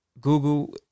Google